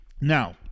Now